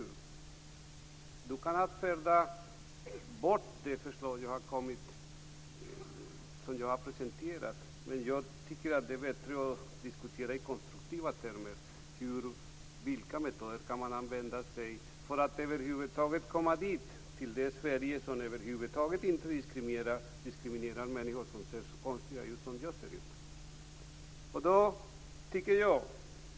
Leif Blomberg kan avfärda förslaget som jag presenterat, men jag tycker att det är bättre att i konstruktiva termer diskutera vilka metoder man kan använda sig av för att uppnå ett Sverige som över huvud taget inte diskriminerar människor som ser konstiga ut, som jag själv.